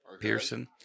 pearson